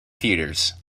theaters